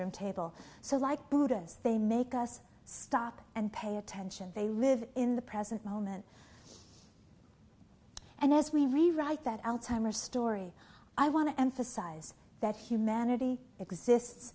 room table so like buddha they make us stop and pay attention they live in the present moment and as we write that alzheimer's story i want to emphasize that humanity exist